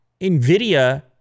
NVIDIA